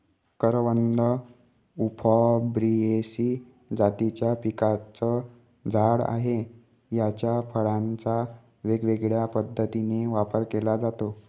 करवंद उफॉर्बियेसी जातीच्या पिकाचं झाड आहे, याच्या फळांचा वेगवेगळ्या पद्धतीने वापर केला जातो